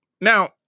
now